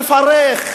מפרך,